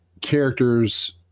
characters